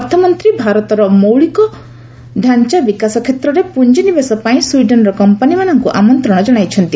ଅର୍ଥମନ୍ତ୍ରୀ ଭାରତର ମୌଳିକ ଡ଼ାଞା ବିକାଶ କ୍ଷେତ୍ରରେ ପୁଞ୍ଜିନିବେଶ ପାଇଁ ସ୍ୱିଡେନର କମ୍ପାନୀମାନଙ୍କୁ ଆମନ୍ତ୍ରଣ ଜଣାଇଛନ୍ତି